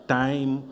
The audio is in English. time